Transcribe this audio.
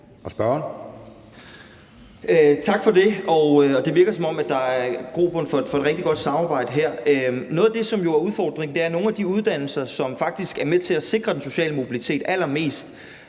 Vad (S): Tak for det. Det virker, som om der er grobund for et rigtig godt samarbejde her. Noget af det, som jo er udfordringen, er, at nogle af de uddannelser, som faktisk er med til at sikre den sociale mobilitet allermest